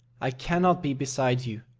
i cannot be beside you,